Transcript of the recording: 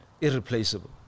irreplaceable